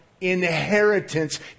inheritance